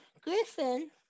Griffin